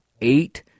eight